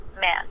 man